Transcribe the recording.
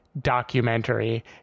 documentary